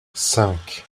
cinq